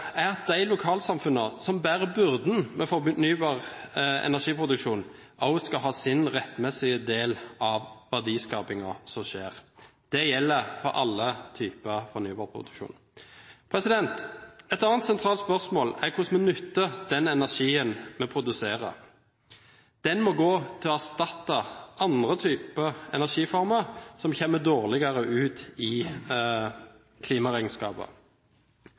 er at de lokalsamfunnene som bærer byrden med fornybar energi-produksjonen, også skal ha sin rettmessige del av verdiskapingen som skjer. Det gjelder for alle typer fornybarproduksjon. Et annet sentralt spørsmål er hvordan vi benytter den energien vi produserer. Den må gå til å erstatte andre energiformer som kommer dårligere ut i